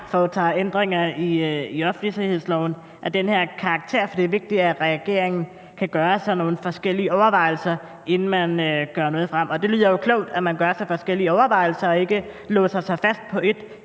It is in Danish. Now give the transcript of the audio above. her karakter i offentlighedsloven, fordi det er vigtigt, at regeringen kan gøre sig nogle forskellige overvejelser, inden man gør noget. Det lyder jo klogt, at man gør sig forskellige overvejelser og ikke låser sig fast på et